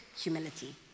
humility